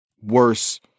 worse